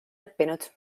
õppinud